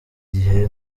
igihe